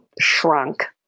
shrunk